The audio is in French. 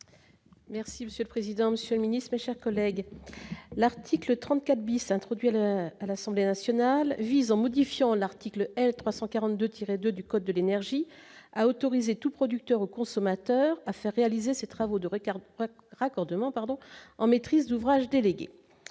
Merci monsieur le président, monsieur le ministre, chers collègues, l'article 34 bis introduire à l'Assemblée nationale visant modifiant l'article L 342 tiré 2 du code de l'énergie a autorisé tout producteur au consommateur, a fait réaliser ces travaux devraient car raccordement pardon en maîtrise d'ouvrage déléguée